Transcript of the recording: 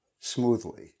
Smoothly